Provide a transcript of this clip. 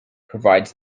provides